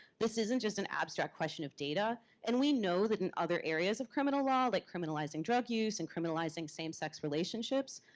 this isn't just an abstract question of data. and we know that in other areas of criminal law, like criminalizing drug use and criminalizing same-sex relationships,